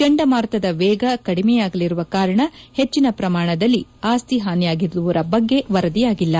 ಚಂಡಮಾರುತದ ವೇಗ ಕಡಿಮೆಯಾಗಿರುವ ಕಾರಣ ಹೆಚ್ಚಿನ ಪ್ರಮಾಣದಲ್ಲಿ ಅಸ್ತಿ ಹಾನಿಯಾಗಿರುವ ಬಗ್ಗೆ ವರದಿಯಾಗಿಲ್ಲ